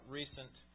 recent